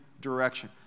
direction